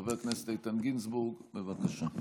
חבר הכנסת איתן גינזבורג, בבקשה.